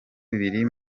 biri